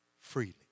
freely